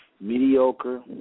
mediocre